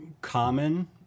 common